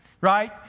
right